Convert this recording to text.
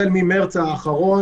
החל ממרץ האחרון